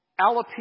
alopecia